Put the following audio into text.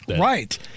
Right